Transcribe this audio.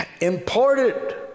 imported